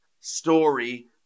story